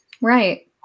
Right